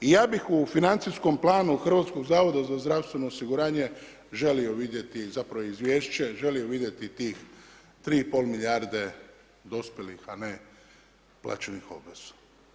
I ja bih u financijskom planu HZZO-a želio vidjeti zapravo Izvješće, želio vidjeti tih 3 i pol milijarde dospjelih, a ne plaćenih obveza.